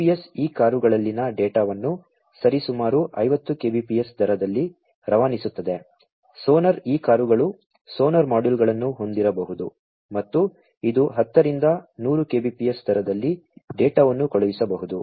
GPS ಈ ಕಾರುಗಳಲ್ಲಿನ ಡೇಟಾವನ್ನು ಸರಿಸುಮಾರು 50 kbps ದರದಲ್ಲಿ ರವಾನಿಸುತ್ತದೆ ಸೋನಾರ್ ಈ ಕಾರುಗಳು ಸೋನಾರ್ ಮಾಡ್ಯೂಲ್ಗಳನ್ನು ಹೊಂದಿರಬಹುದು ಮತ್ತು ಇದು 10 ರಿಂದ 100 kbps ದರದಲ್ಲಿ ಡೇಟಾವನ್ನು ಕಳುಹಿಸಬಹುದು